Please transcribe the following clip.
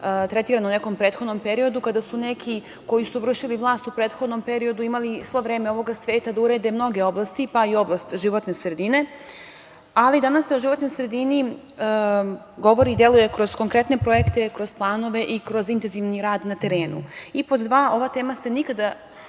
tretirana u nekom prethodnom periodu kada su neki koji su vršili vlast u prethodnom periodu imali svo vreme ovoga sveta da urede mnoge oblasti, pa i oblast životne sredine. Ali, danas se o životnoj sredini govori i deluje kroz konkretne projekte, kroz planove i kroz intenzivni rad na terenu. Pod dva, ova tema se nikada